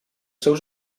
seus